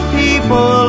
people